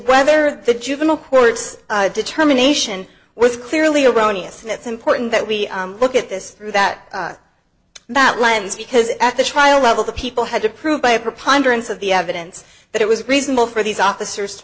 whether the juvenile courts determination was clearly erroneous and it's important that we look at this through that that lens because at the trial level the people had to prove by a preponderance of the evidence that it was reasonable for these officers to